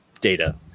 data